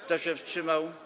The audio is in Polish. Kto się wstrzymał?